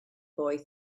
boy